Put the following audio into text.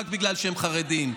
רק בגלל שהם חרדים.